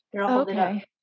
Okay